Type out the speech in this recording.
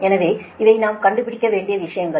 எனவே இவை நாம் கண்டுபிடிக்க வேண்டிய விஷயங்கள்